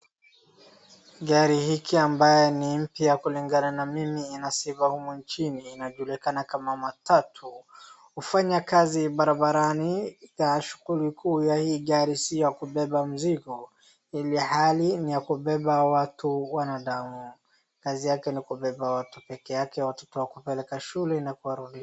Gari hiki ambaye ni mpya kulingana na mimi inasifa humu nchini. Inajulikana kama matatu hufanya kazi barabarani na shughuli kuu ya hii gari si ya kubeba mzigo ilhali ni ya kubeba watu wanadamu. Kazi yake ni kubeba watu peke yake, watoto kuwapeleka shule na kuwarudisha.